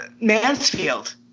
Mansfield